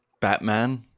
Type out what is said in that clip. Batman